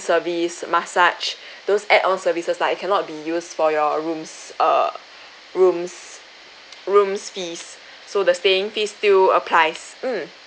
service massage those add on services like it cannot be used for your rooms err rooms rooms fees so the staying fee still applies mm